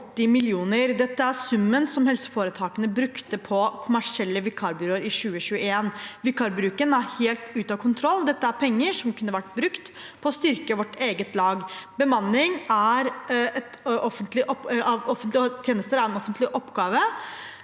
dette er summen som helseforetakene brukte på kommersielle vikarbyråer i 2021. Vikarbruken er helt ute av kontroll. Dette er penger som kunne vært brukt på å styrke vårt eget lag. Bemanning av offentlige tjenester er en offentlig oppgave.